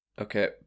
Okay